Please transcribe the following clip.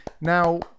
now